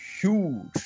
huge